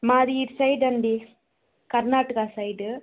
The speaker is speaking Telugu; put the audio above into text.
మాది ఇటు సైడ్ అండీ కర్నాటక సైడు